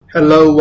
Hello